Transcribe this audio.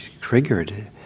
triggered